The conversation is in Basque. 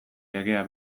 legea